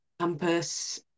campus